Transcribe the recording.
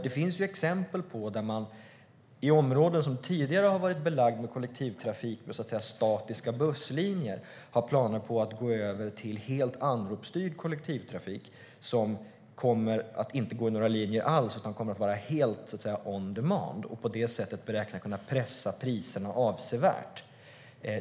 Det finns ju exempel på områden som tidigare har varit belagda med kollektivtrafik med statiska busslinjer har planer på att gå över till helt anropsstyrd kollektivtrafik som inte kommer att gå i linjetrafik alls utan vara helt on demand. På det sättet räknar man med att kunna pressa priserna avsevärt.